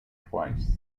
twice